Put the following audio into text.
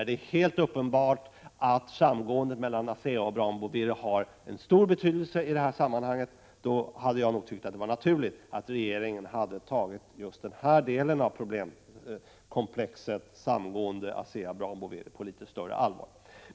Det är helt uppenbart att samgåendet mellan ASEA och Brown Boveri har stor betydelse i sammanhanget. Därför hade jag tyckt det vara naturligt att regeringen tog just den här delen av problemkomplexet samgående mellan ASEA och Brown Boveri på litet större allvar.